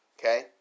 Okay